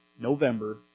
November